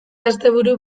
asteburu